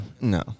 No